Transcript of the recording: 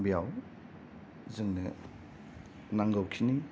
बेयाव जोंनो नांगौखिनि